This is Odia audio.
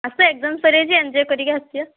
ଆଜି ତ ଏଗ୍ଜାମ୍ ସରିଯାଇଛି ଏନଜଏ୍ କରିକି ଆସିବା